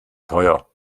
teuer